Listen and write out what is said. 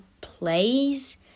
plays